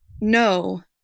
no